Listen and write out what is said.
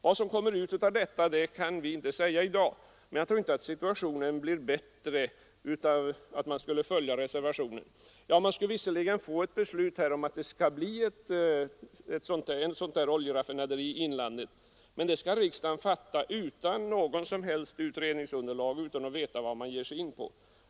Vad som kommer ut av detta kan vi inte säga i dag, men jag tror inte att situationen skulle bli bättre om man följde reservationen. Man skulle visserligen få ett beslut om att det skall bli ett oljeraffinaderi i inlandet, men detta beslut skulle riksdagen fatta utan något som helst utredningsunderlag, utan att veta vad man ger sig in på.